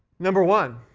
number one,